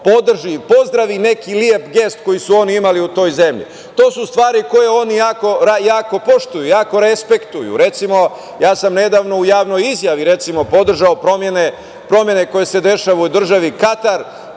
podrži i pozdravi neki lep gest koji su oni imali u toj zemlji. To su stvari koje oni jako poštuju, jako respektuju. Recimo, ja sam nedavno u javnoj izjavi podržao promene koje se dešavaju u Državi Katar